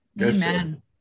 Amen